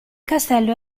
castello